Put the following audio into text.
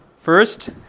First